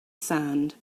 sand